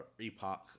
epoch